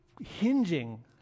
hinging